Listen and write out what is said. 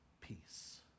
peace